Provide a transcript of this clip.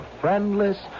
friendless